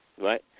Right